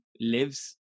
lives